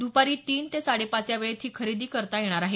दुपारी तीन ते साडे पाच या वेळेत ही खरेदी करता येणार आहे